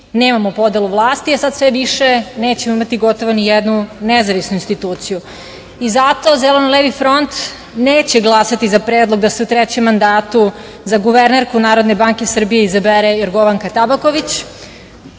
nemamo podelu vlasti, a sad sve više nećemo imati gotovo ni jednu nezavisnu instituciju. Zato Zeleno – levi front neće glasati za Predlog da se u trećem mandatu za guvernerku Narodne banke Srbije izabere Jorgovanka Tabaković.